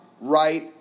right